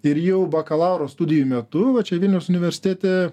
ir jau bakalauro studijų metu va čia vilniaus universitete